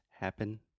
happen